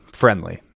friendly